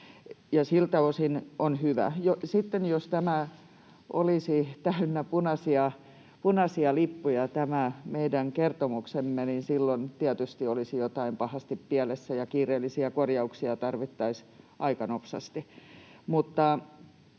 siltä osin on hyvä. Sitten jos tämä meidän kertomuksemme olisi täynnä punaisia lippuja, niin silloin tietysti olisi jotain pahasti pielessä ja kiireellisiä korjauksia tarvittaisiin aika nopsasti.